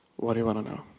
what do you wanna know?